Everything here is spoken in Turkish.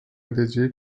edeceği